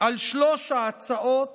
על שלוש ההצעות